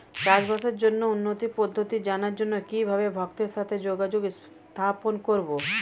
চাষবাসের জন্য উন্নতি পদ্ধতি জানার জন্য কিভাবে ভক্তের সাথে যোগাযোগ স্থাপন করব?